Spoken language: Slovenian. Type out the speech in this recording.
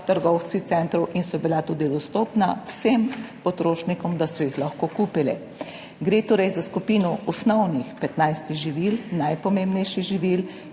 trgovskih centrov in so bila tudi dostopna vsem potrošnikom, da so jih lahko kupili. Gre torej za skupino osnovnih 15 živil, najpomembnejših živil.